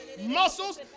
Muscles